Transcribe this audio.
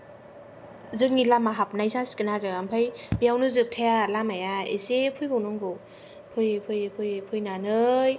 जोंनि लामा हाबनाय जासिगोन आरो ओमफाय बेयावनो जोबथाया लामाया एसे फैबावनांगौ फैयै फैयै फैयै फैनानै